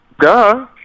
Duh